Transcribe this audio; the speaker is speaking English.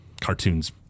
cartoons